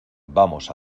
vamos